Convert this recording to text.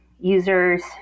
users